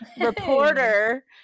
reporter